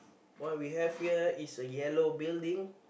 what we have here is a yellow building